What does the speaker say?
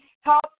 Help